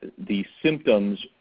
the symptoms,